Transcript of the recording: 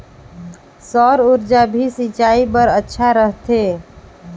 सौर ऊर्जा भी सिंचाई बर अच्छा रहथे?